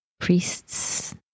priests